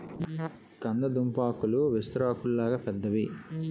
కంద దుంపాకులు విస్తరాకుల్లాగా పెద్దవి